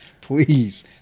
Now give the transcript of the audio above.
please